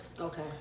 Okay